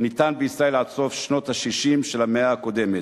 ניתן בישראל עד סוף שנות ה-60 של המאה הקודמת.